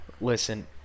Listen